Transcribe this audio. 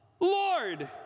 Lord